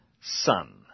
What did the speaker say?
son